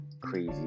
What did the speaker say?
crazy